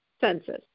census